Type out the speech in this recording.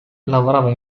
lavorava